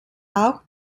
auch